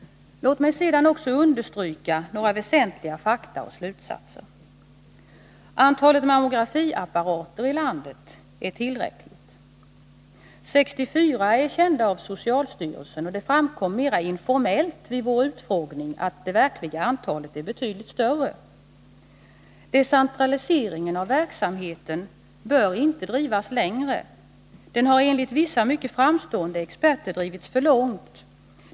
Låt mig sedan också understryka några väsentliga fakta och slutsatser. Antalet mammografiapparater i landet är tillräckligt. 64 är kända av socialstyrelsen, och det framkom mera informellt vid vår utfrågning att det verkliga antalet är betydligt större. Decentraliseringen av verksamheten bör inte drivas längre. Den har enligt vissa mycket framstående experter drivits för långt.